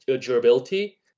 durability